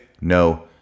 no